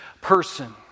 person